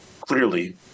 clearly